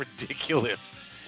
ridiculous